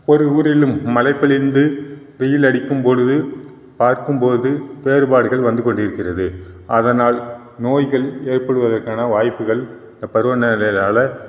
ஒரு ஊரிலும் மலை இருந்து வெயில் அடிக்கும் பொழுது பார்க்கும் போது வேறுபாடுகள் வந்து கொண்டிருக்கிறது அதனால் நோய்கள் ஏற்படுவதற்கான வாய்ப்புகள் இந்த பருவநிலையால்